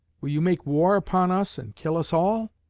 will you make war upon us and kill us all?